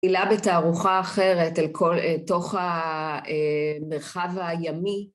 מתחילה בתערוכה אחרת אל תוך המרחב הימי.